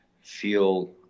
feel